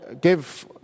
give